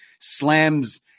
slams